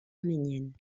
arméniennes